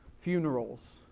funerals